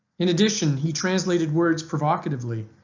in addition he translated words provocatively,